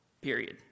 period